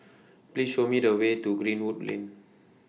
Please Show Me The Way to Greenwood Lane